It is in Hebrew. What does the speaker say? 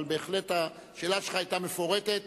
אבל בהחלט השאלה שלך היתה מפורטת.